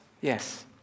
yes